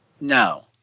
No